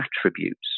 attributes